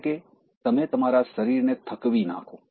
એટલે કે તમે તમારા શરીરને થક્વી નાંખો